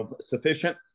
sufficient